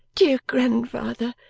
dear grandfather,